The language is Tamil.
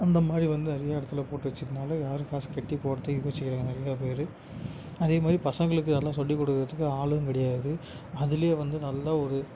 அந்த மாதிரி வந்து நிறையா இடத்துல போட்டு வச்சிருந்தாலும் யாரும் காசு கட்டி போகிறதுக்கு யோசிக்கிறாங்க நிறையா பேர் அதே மாதிரி பசங்களுக்கு எல்லாம் சொல்லிக் கொடுக்கறதுக்கு ஆளுங்க கிடையாது அதுலேயே வந்து நல்ல ஒரு